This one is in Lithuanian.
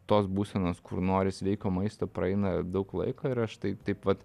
tos būsenos kur nori sveiko maisto praeina daug laiko ir aš tai taip vat